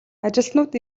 ажилтнууд